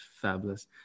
fabulous